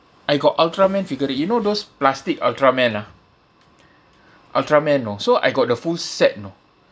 I got ultraman figurine you know those plastic ultraman ah ultraman you know so I got the full set you know